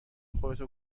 خودتو